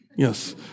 Yes